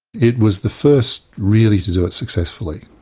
it was the first really to do it successfully.